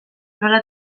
nola